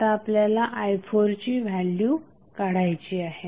आता आपल्याला i4ची व्हॅल्यू काढायची आहे